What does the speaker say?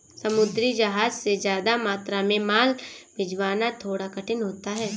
समुद्री जहाज से ज्यादा मात्रा में माल भिजवाना थोड़ा कठिन होता है